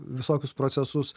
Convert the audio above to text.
visokius procesus